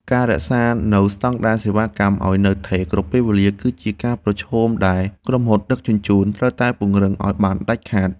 ការរក្សានូវស្ដង់ដារសេវាកម្មឱ្យនៅថេរគ្រប់ពេលវេលា គឺជាការប្រឈមដែលក្រុមហ៊ុនដឹកជញ្ជូនត្រូវតែពង្រឹងឱ្យបានដាច់ខាត។